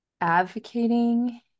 advocating